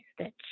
stitch